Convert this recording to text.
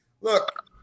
look